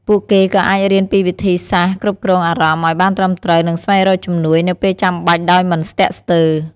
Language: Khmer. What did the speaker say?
ពួកគេក៏អាចរៀនពីវិធីសាស្ត្រគ្រប់គ្រងអារម្មណ៍ឱ្យបានត្រឹមត្រូវនិងស្វែងរកជំនួយនៅពេលចាំបាច់ដោយមិនស្ទាក់ស្ទើរ។